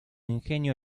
ingenio